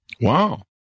Wow